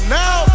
now